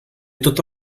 tota